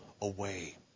away